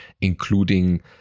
including